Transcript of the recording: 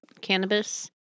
cannabis